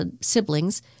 siblings